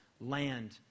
land